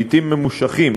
לעתים ממושכים,